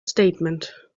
statement